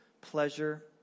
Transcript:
pleasure